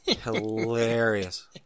hilarious